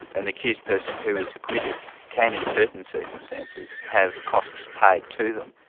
an accused person who is acquitted can in certain circumstances have costs paid to them.